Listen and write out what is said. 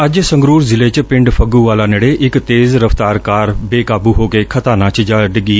ਅੱਜ ਸੰਗਰੁਰ ਜ਼ਿਲੇ ਚ ਪਿੰਡ ਫੱਗੁਵਾਲਾ ਨੇੜੇ ਇਕ ਤੇਜ ਰਫ਼ਤਾਰ ਕਾਰ ਬੇਕਾਬੁ ਹੋ ਕੇ ਖਤਾਨਾਂ ਚ ਜਾਂ ਡਿੱਗੀ